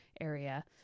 area